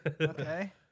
Okay